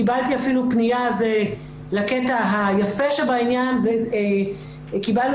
קיבלתי אפילו פניה לקטע היפה שבעניין קיבלנו